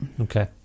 Okay